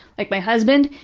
like my husband,